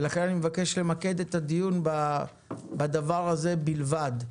ולכן אני מבקש למקד את הדיון בדבר הזה בלבד.